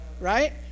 right